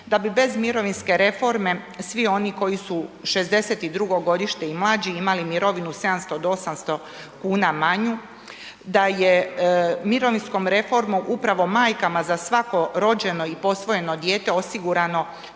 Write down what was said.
da bi bez mirovinske reforme svi oni koji su 62. godište i mlađi imali mirovinu 700 do 800 kn manju, da je mirovinskom reformom upravo majkama za svako rođeno i posvojeno dijete osigurano